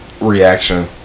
reaction